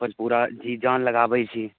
ओहिपर पूरा जी जान लगाबै छी